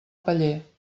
paller